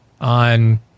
on